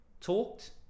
talked